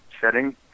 setting